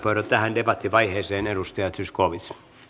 tähän debattivaiheeseen edustaja zyskowicz